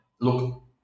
look